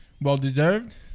Well-deserved